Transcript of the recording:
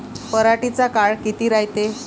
पराटीचा काळ किती रायते?